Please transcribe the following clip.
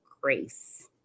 grace